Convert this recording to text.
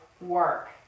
work